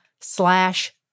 slash